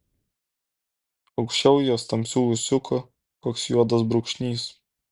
aukščiau jos tamsių ūsiukų koks juodas brūkšnys